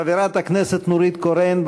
חברת הכנסת נורית קורן,